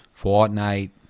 Fortnite